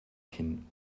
kinn